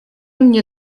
mnie